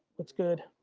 what's good?